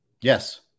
Yes